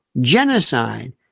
genocide